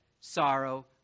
sorrow